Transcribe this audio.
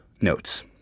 notes